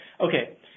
okay